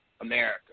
America